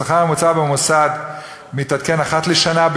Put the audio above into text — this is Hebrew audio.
השכר הממוצע במוסד מתעדכן אחת לשנה,